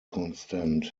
constant